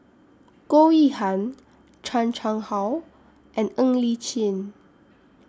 Goh Yihan Chan Chang How and Ng Li Chin